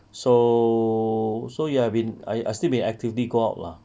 so so ya I've been I I still been actively go out lah